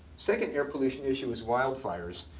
second air pollution issue is wildfires.